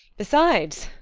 besides,